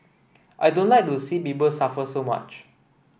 I don't like to see people suffer so much